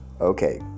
Okay